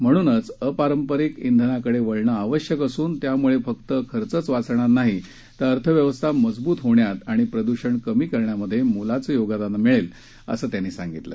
म्हणूनच अपारंपरिक ब्रिनाकडे वळणं आवश्यक असून त्यामुळे फक्त खर्चच वाचणार नाही तर अर्थव्यवस्था मजवूत होण्यात आणि प्रदूषण कमी करण्यात मोलाचं योगदान मिळेल असं त्यांनी सांगितलं